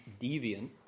deviant